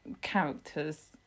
characters